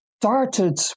started